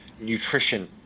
nutrition